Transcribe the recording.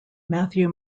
matthew